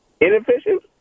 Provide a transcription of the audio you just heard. Inefficient